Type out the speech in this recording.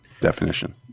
definition